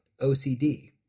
OCD